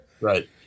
Right